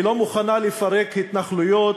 היא לא מוכנה לפרק התנחלויות,